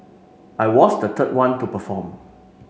I was the third one to perform